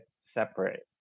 separate